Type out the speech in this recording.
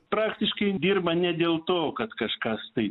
praktiškai dirba ne dėl to kad kažkas tai